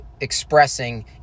expressing